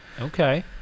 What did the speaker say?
Okay